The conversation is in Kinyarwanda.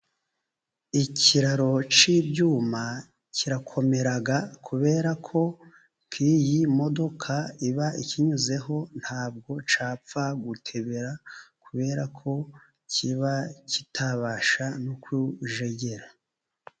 Ikiraro cy'ibyuma kirakomera kubera ko nk'iyi imodoka iba ikinyuzeho ntabwo cyapfa gutebera kubera ko kiba kitabasha no kujegera.